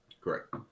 Correct